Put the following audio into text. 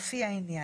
בבקשה.